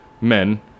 men